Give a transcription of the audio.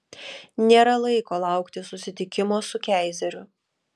nėra laiko laukti susitikimo su keizeriu